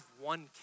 one